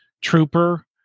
trooper